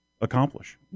accomplish